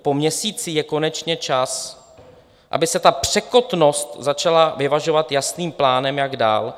Po měsíci je konečně čas, aby se ta překotnost začala vyvažovat jasným plánem, jak dál.